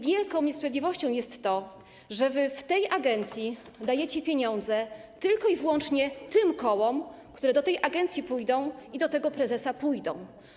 Wielką niesprawiedliwością jest to, że wy w tej agencji dajecie pieniądze tylko i wyłącznie tym kołom, które do tej agencji pójdą i do tego prezesa pójdą.